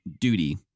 duty